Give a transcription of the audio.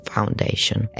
Foundation